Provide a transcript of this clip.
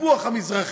הקיפוח המזרחי.